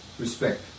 respect